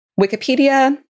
Wikipedia